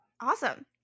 Awesome